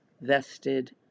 vested